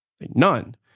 None